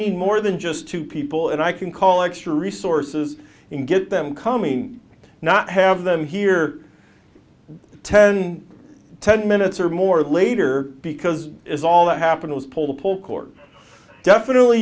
need more than just two people and i can call extra resources and get them coming not have them here ten ten minutes or more later because is all that happened was pull pull cord definitely